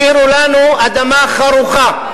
השאירו לנו אדמה חרוכה,